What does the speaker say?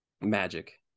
magic